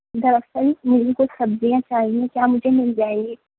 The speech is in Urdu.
دراصل مجھے کچھ سبزیاں چاہیے کیا مجھے مل جائیں گی